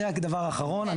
אני רק דבר אחרון.